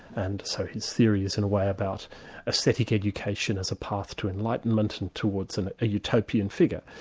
and so his theory is in a way, about aesthetic education as a path to enlightenment and towards and a utopian figure.